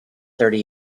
thirty